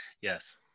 Yes